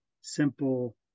simple